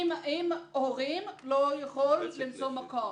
אם הורים לא יכולים למצוא מקום.